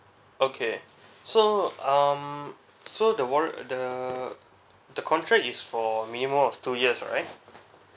okay so um so the waran~ the the contract is for minimum of two years right